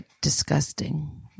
disgusting